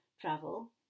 travel